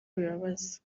bibabaza